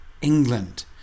England